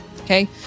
Okay